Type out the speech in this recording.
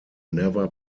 never